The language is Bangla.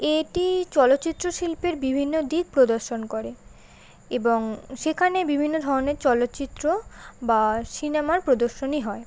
এটি চলচ্চিত্র শিল্পের বিভিন্ন দিক প্রদর্শন করে এবং সেখানে বিভিন্ন ধরনের চলচ্চিত্র বা সিনেমার প্রদর্শনী হয়